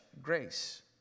Grace